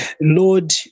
Lord